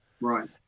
Right